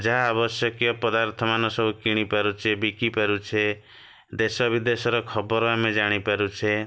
ଯାହା ଆବଶ୍ୟକୀୟ ପ୍ରଦାର୍ଥମାନ ସବୁ କିଣି ପାରୁଛେ ବିକି ପାରୁଛେ ଦେଶ ବିଦେଶର ଖବର ଆମେ ଜାଣିପାରୁଛେ